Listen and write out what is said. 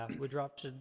um we dropped,